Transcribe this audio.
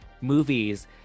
movies